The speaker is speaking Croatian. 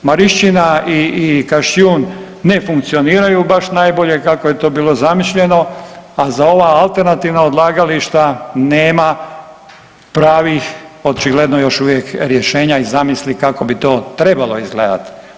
Marišćina i Kaštijun ne funkcioniraju baš najbolje kako je to bilo zamišljeno, a za ova alternativna odlagališta nema pravih očigledno još uvijek rješenja i zamisli kako bi to trebalo izgledati.